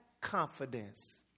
confidence